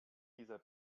dieser